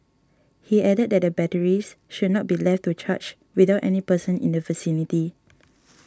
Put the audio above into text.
he added that the batteries should not be left to charge without any person in the vicinity